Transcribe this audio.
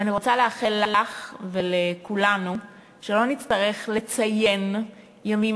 ואני רוצה לאחל לך ולכולנו שלא נצטרך לציין ימים